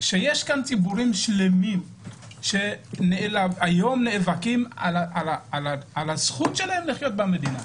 שיש ציבורים שלמים שנאבקים היום על הזכות שלהם לחיות במדינה.